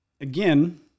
again